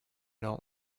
don’t